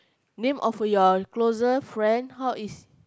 name of your closest friend how is